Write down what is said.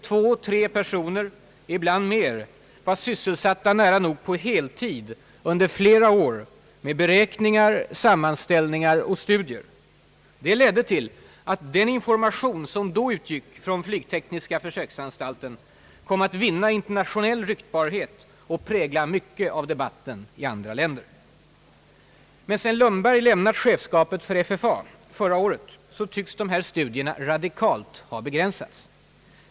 Två—tre personer, ibland mer, var sysselsatta nära nog på heltid under flera år med beräkningar, sammanställningar och studier. Det ledde till att den information som då utgick från flygtekniska försöksanstalten kom att vinna internationell ryktbarhet och prägla mycket av debatten i andra länder. Men sedan Bo Lundberg lämnat chefskapet för FFA förra året, så tycks dessa studier radikalt ha begränsats.